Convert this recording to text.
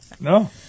no